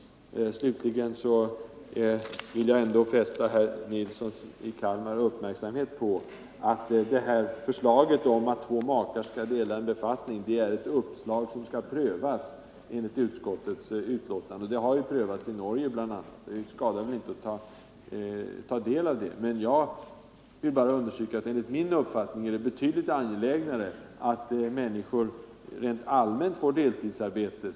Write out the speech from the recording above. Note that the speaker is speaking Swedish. Slutligen vill jag fästa herr Nilssons i Kalmar uppmärksamhet på att förslaget om att två makar skall kunna dela en befattning är ett uppslag, 59 som enligt utskottsmajoriteten skall prövas. Det har försökts i Norge, och det skadar väl inte att man tar del av de erfarenheter som finns. Enligt min uppfattning är det dock betydligt angelägnare att människor rent allmänt får deltidsarbete.